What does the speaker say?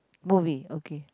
movie okay